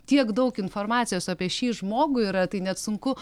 tiek daug informacijos apie šį žmogų yra tai net sunku